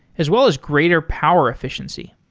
as well as greater power efficiency.